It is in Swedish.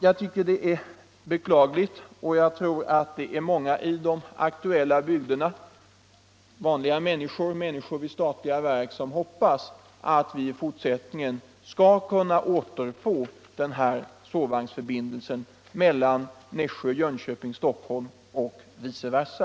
Jag tycker att detta är beklagligt, och jag tror att det är många i de aktuella bygderna som hoppas att vi skall återfå sovvagnsförbindelsen Nässjö-Jönköping-Stockholm och vice versa.